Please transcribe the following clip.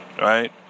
right